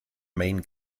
maine